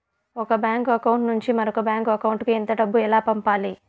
ఒక bank account నుంచి మరొక బ్యాంకు అకౌంట్ కు ఎంత డబ్బు ఎలా పంపాలి